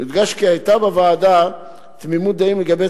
יודגש כי היתה בוועדה תמימות דעים לגבי